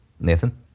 Nathan